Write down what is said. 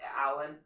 Alan